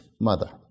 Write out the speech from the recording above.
mother